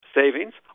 savings